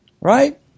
right